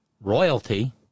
royalty